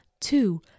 two